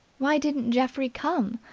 why didn't geoffrey come?